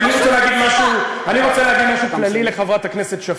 אני רוצה להגיד משהו כללי לחברת הכנסת שפיר,